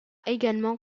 également